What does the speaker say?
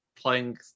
playing